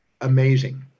amazing